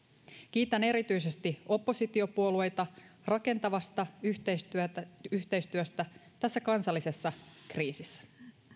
kiitän erityisesti oppositiopuolueita rakentavasta yhteistyöstä tässä kansallisessa kriisissä